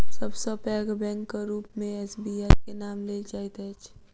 सब सॅ पैघ बैंकक रूप मे एस.बी.आई के नाम लेल जाइत अछि